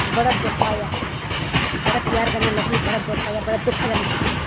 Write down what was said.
बड़ा दुख आया बड़े प्यार कन्नै लैती ही बड़ा दुख आया बड़े दुखै कन्नै छंडुड़ी